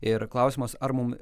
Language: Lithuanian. ir klausimas ar mum